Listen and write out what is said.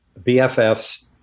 BFFs